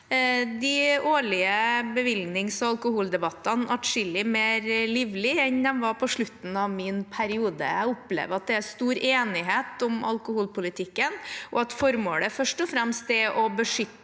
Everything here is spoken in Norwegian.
de årlige bevillings- og alkoholdebattene adskillig mer livlige enn de var på slutten av min periode. Jeg opplever at det er stor enighet om alkoholpolitikken, og at formålet først og fremst er å beskytte